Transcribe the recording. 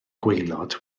gwaelod